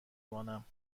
مانم